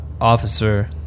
officer